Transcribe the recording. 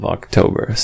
October